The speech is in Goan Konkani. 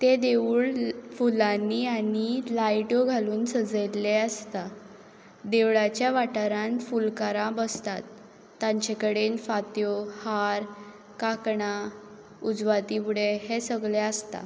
ते देवूळ फुलांनी आनी लायट्यो घालून सजयल्लें आसता देवळाच्या वाठारांत फुलकारां बसतात तांचे कडेन फात्यो हार कांकणा उजवाती पुडे हे सगळें आसता